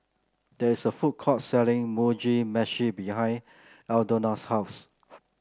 there is a food court selling Mugi Meshi behind Aldona's house